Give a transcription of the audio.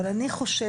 אבל אני חושבת,